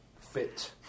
fit